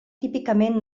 típicament